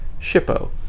SHIPPO